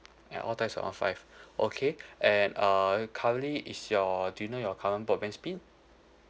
and all types around five okay and uh currently is your do you know your current broadband's speed